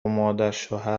مادرشوهر